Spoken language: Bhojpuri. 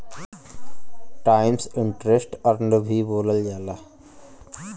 टाइम्स इन्ट्रेस्ट अर्न्ड भी बोलल जाला